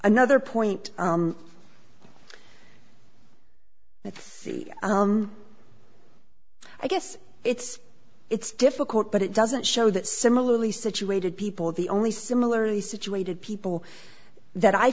another point that's i guess it's it's difficult but it doesn't show that similarly situated people the only similarly situated people that i